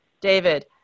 David